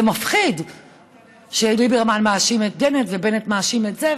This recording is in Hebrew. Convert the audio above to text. זה מפחיד שליברמן מאשים את בנט ובנט מאשים את זה,